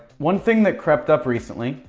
one thing that crept up recently,